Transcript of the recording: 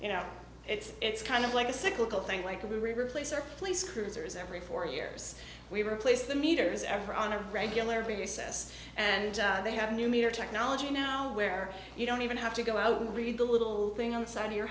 you know it's it's kind of like a cyclical thing like a river placer police cruisers every four years we replace the meters ever on a regular basis and they have new meter technology now where you don't even have to go out and read the little thing inside your